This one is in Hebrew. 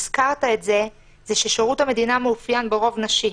הזכרת את זה הוא ששירות המדינה מאופיין ברוב נשי.